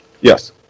Yes